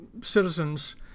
citizens